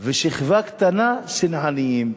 ושכבה קטנה של עניים,